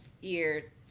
year